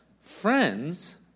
friends